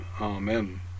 Amen